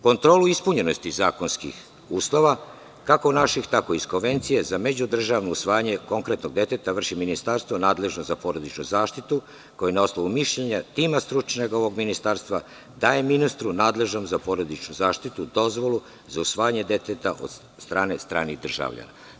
Kontrolu ispunjenosti zakonskih uslova, kako naših, tako i iz Konvencije, za međudržavno usvajanje konkretnog deteta vrši ministarstvo nadležno za porodičnu zaštitu, koje na osnovu mišljenja tima stručnog ministarstva daje ministru nadležnom za porodičnu zaštitu dozvolu za usvajanje deteta od strane stranih državljana.